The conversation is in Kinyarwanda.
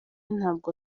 ntabwo